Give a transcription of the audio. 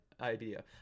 idea